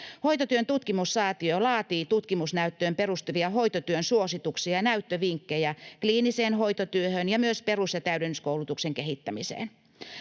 Hoitotyön tutkimussäätiö laatii tutkimusnäyttöön perustuvia hoitotyön suosituksia ja näyttövinkkejä kliiniseen hoitotyöhön ja myös perus‑ ja täydennyskoulutuksen kehittämiseen.